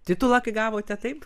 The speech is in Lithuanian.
titulą kai gavote taip